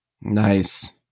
Nice